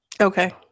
Okay